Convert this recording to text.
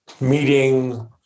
meeting